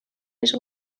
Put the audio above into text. les